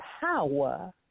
power